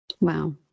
wow